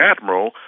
admiral